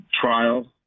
trial